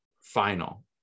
final